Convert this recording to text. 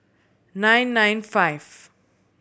nine nine five